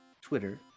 twitter